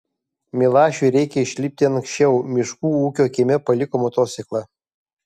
milašiui reikia išlipti anksčiau miškų ūkio kieme paliko motociklą